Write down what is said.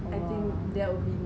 !wah!